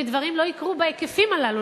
ודברים לא יקרו בהיקפים האלה.